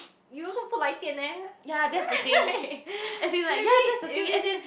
you also 不来电 meh right maybe maybe that's